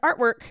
artwork